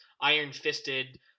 iron-fisted